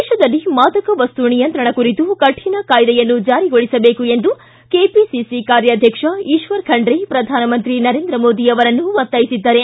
ದೇಶದಲ್ಲಿ ಮಾದಕ ವಸ್ತು ನಿಯಂತ್ರಣ ಕುರಿತು ಕಠಣ ಕಾಯ್ಲೆಯನ್ನು ಜಾರಿಗೊಳಿಸಬೇಕು ಎಂದು ಕೆಪಿಸಿಸಿ ಕಾರ್ಯಾಧ್ಯಕ್ಷ ಈಶ್ವರ್ ಖಂಡ್ರೆ ಪ್ರಧಾನಮಂತ್ರಿ ನರೇಂದ್ರ ಮೋದಿ ಅವರನ್ನು ಒತ್ತಾಯಿಸಿದ್ದಾರೆ